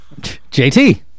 JT